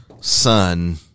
son